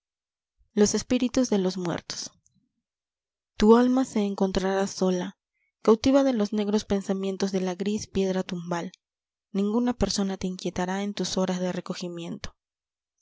los espíritus de los muertos tu alma se encontrará sola cautiva de los negros pensamientos de la gris piedra tumbal ninguna persona te inquietará en tus horas de recogimiento